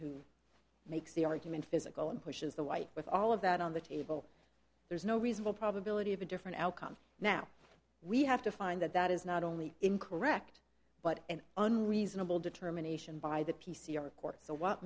who makes the argument physical and pushes the white with all of that on the table there's no reasonable probability of a different outcome now we have to find that that is not only incorrect but an unreasonable determination by the p c r court so what